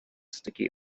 sticky